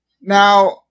Now